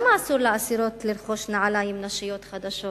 למה אסור לאסירות לרכוש נעליים נשיות חדשות,